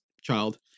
child